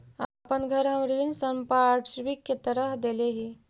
अपन घर हम ऋण संपार्श्विक के तरह देले ही